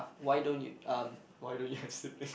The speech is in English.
why don't you um why don't you have sibling